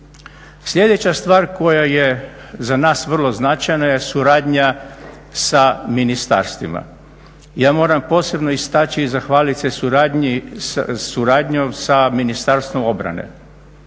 Sljedeća stvar koja je za nas vrlo značajna je suradnja sa ministarstvima. Ja moram posebno istaći i zahvaliti se suradnjom sa Ministarstvom obrane.